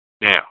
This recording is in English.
Now